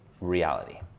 reality